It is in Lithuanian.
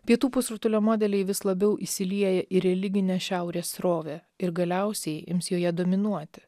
pietų pusrutulio modeliai vis labiau įsilieja į religinę šiaurės srovę ir galiausiai ims joje dominuoti